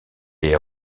est